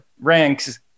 ranks